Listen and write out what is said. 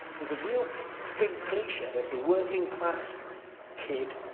there's a real big cliche of the working class kid